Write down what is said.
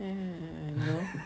eh eh eh I know